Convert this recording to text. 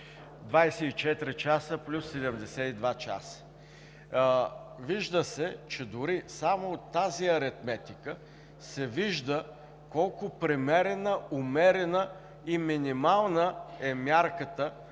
24 часа плюс 72 часа. Само от тази аритметика се вижда колко премерена, умерена и минимална е мярката,